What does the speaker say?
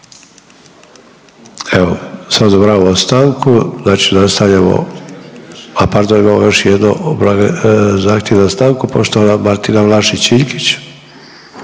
Evo, sad odobravamo stanku, znači nastavljamo, a pardon imamo još jedno obra…, zahtjev za stanku, poštovana Martina Vlašić Iljkić.